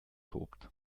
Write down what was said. tobt